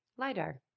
LiDAR